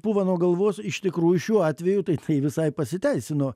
pūva nuo galvos iš tikrųjų šiuo atveju tai tai visai pasiteisino